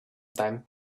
time